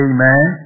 Amen